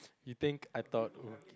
you think I thought